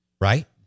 Right